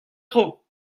tro